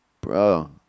Bro